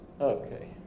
Okay